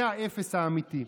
זה האפס האמיתי.